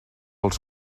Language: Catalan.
als